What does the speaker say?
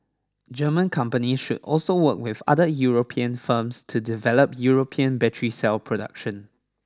German companies should also work with other European firms to develop European battery cell production